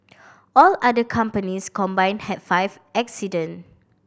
all other companies combine had five accident